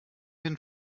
den